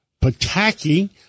Pataki